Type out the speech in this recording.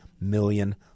million